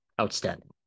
outstanding